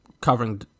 covering